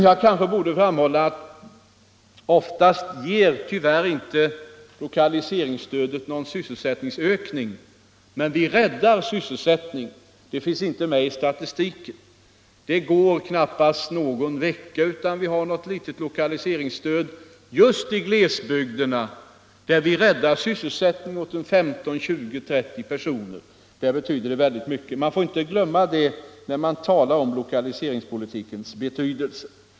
Jag kanske borde framhålla att oftast ger lokaliseringsstödet tyvärr inte någon syssesättningsökning, men det räddar sysselsättningen. Detta finns inte med i statistiken. Det går knappast någon vecka utan att vi har något lokaliseringsstöd i glesbygderna som räddar sysselsättningen åt kanske 15 eller 20 personer. Detta betyder mycket, och man får inte glömma det när man talar om lokaliseringspolitikens betydelse.